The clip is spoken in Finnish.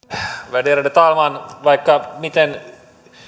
värderade talman vaikka miten